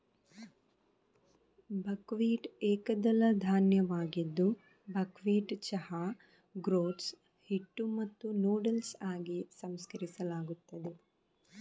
buckwheat ಏಕದಳ ಧಾನ್ಯವಾಗಿದ್ದು buckwheat ಚಹಾ, ಗ್ರೋಟ್ಸ್, ಹಿಟ್ಟು ಮತ್ತು ನೂಡಲ್ಸ್ ಆಗಿ ಸಂಸ್ಕರಿಸಲಾಗುತ್ತದೆ